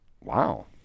Wow